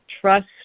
trust